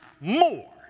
more